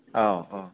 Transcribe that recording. औ औ